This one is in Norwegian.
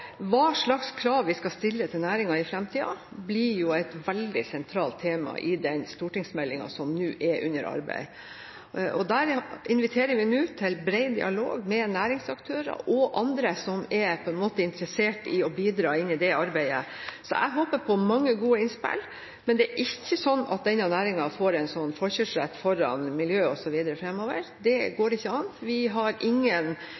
stille til næringen i fremtiden, blir et veldig sentralt tema i den stortingsmeldingen som nå er under arbeid. Der inviterer vi nå til bred dialog med næringsaktørene og andre som er interessert i å bidra inn i det arbeidet. Jeg håper på mange gode innspill, men det er ikke sånn at denne næringen får en forkjørsrett foran miljø osv. fremover. Det går ikke an. Vi har ingen